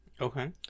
okay